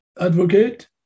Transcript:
Advocate